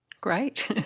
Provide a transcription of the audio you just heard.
great!